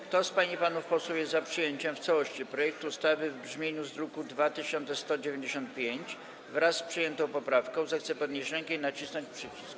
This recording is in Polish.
Kto z pań i panów posłów jest za przyjęciem w całości projektu ustawy w brzmieniu z druku nr 2195, wraz z przyjętą poprawką, zechce podnieść rękę i nacisnąć przycisk.